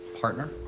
Partner